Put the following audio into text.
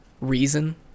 reason